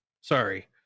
Sorry